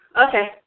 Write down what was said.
Okay